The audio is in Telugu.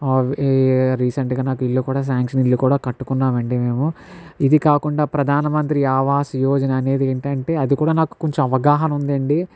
రీసెంట్ గా నాకు ఇల్లు కూడా శాంక్షన్ అయ్యింది ఇల్లు కూడా కట్టుకున్నాం అండి మేము ఇది కాకుండా ప్రధానమంత్రి ఆవాస్ యోజన అనేది ఏమిటంటే అది కూడా నాకు కొంచెం అవగాహన ఉంది అండి